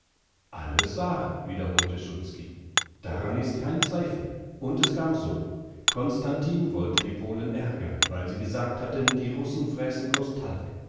alles wahr wiederholte szulski daran ist kein zweifel und es kam so constantin wollte die polen ärgern weil sie gesagt hatten die russen fräßen bloß talg